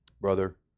Brother